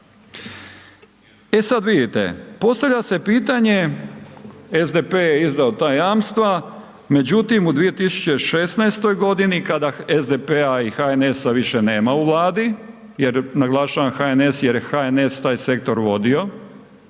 E sada vidjeti, postavlja se pitanje SDP je izdao ta jamstva, međutim u 2016. godini kada SDP-a i HNS-a više nema u vladi, naglašavam HNS jer je HNS taj sektor vodio,